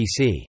PC